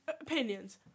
Opinions